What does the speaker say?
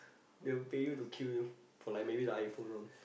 they'll pay you to queue for like maybe the iPhone one